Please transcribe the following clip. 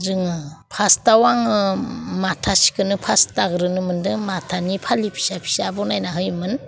जोङो फार्स्टआव आङो माथा सिखौनो फार्स्ट दाग्रोनो मोनदों माथानि फालि फिसा फिसा बानायना होयोमोन